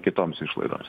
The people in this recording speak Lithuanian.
kitoms išlaidoms